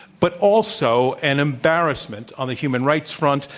but also an embarrassment on the human rights front,